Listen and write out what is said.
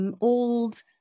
old